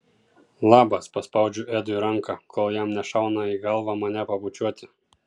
labas paspaudžiu edui ranką kol jam nešauna į galvą mane pabučiuoti